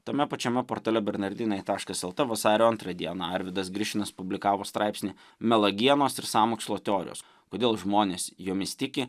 tame pačiame portale bernardinai taškas lt vasario antrą dieną arvydas grišinas publikavo straipsnį melagienos ir sąmokslo teorijos kodėl žmonės jomis tiki